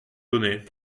données